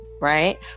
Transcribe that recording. right